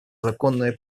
законное